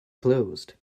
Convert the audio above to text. closed